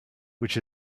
which